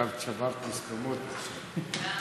עכשיו את שברת מוסכמות, עכשיו.